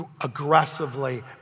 aggressively